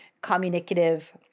communicative